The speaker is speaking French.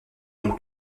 mon